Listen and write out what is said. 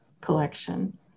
collection